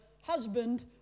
husband